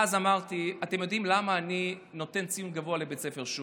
ואז אמרתי: אתם יודעים למה אני נותן ציון גבוה לבית הספר שובו?